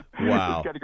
Wow